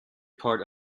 part